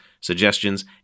suggestions